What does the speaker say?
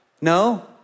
No